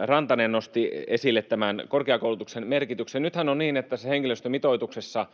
Rantanen nosti esille korkeakoulutuksen merkityksen. Nythän on niin, että tässä henkilöstömitoituksessa on